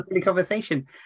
conversation